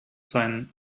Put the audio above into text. sein